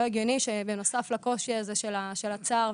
לא הגיוני שבנוסף לקושי הזה של הצער,